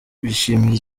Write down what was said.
bishimira